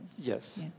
Yes